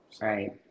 Right